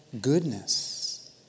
goodness